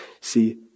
See